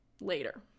later